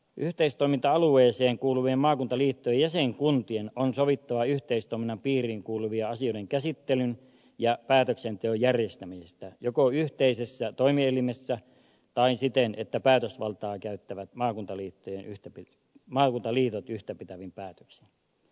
yhteistoiminta alueeseen kuuluvien maakunnan liittojen jäsenkuntien on sovittava yhteistoiminnan piiriin kuuluvien asioiden käsittelyn ja päätöksenteon järjestämisestä joko yhteisessä toimielimessä tai siten että päätösvaltaa käyttävät maakunnan liitot yhtäpitävin päätöksin